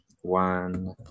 one